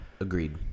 agreed